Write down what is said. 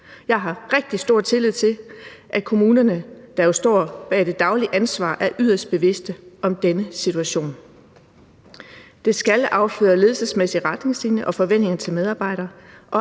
Jeg har rigtig stor tillid til, at kommunerne, der jo står med det daglige ansvar, er yderst bevidste om denne situation. Det skal afføde ledelsesmæssige retningslinjer og forventninger til medarbejderne,